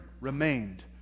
remained